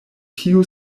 tiu